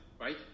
right